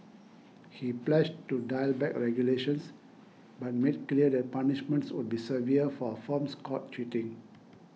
he pledged to dial back regulations but made clear that punishments would be severe for firms caught cheating